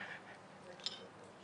מה שהיה לי חשוב זה להנגיש